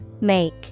Make